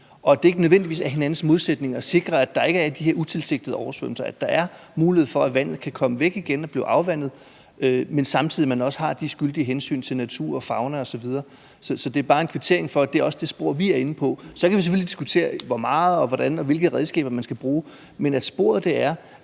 at det ikke nødvendigvis er hinandens modsætninger at sikre, at der ikke er de her utilsigtede oversvømmelser, at der er mulighed for, at vandet kan komme væk igen, og at det kan blive afvandet, men at man samtidig også har det skyldige hensyn til natur og fauna osv. Så det er bare en kvittering for det, og det er også det spor, vi er inde på. Så kan vi selvfølgelig diskutere, hvor meget og hvordan og hvilke redskaber man skal bruge, men sporet er,